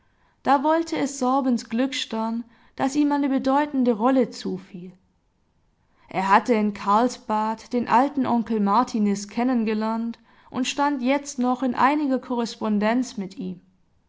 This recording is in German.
da wollte es sorbens glückstern daß ihm eine bedeutende rolle zufiel er hatte in karlsbad den alten onkel martiniz kennen gelernt und stand jetzt noch in einiger korrespondenz mit ihm